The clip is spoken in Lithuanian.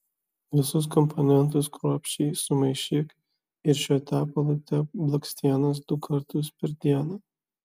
visus komponentus kruopščiai sumaišyk ir šiuo tepalu tepk blakstienas du kartus per dieną